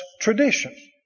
tradition